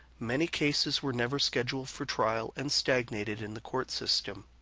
many cases were never scheduled for trial, and stagnated in the court system.